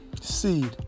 seed